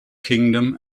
kingdom